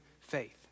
faith